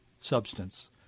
substance